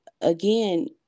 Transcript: again